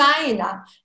China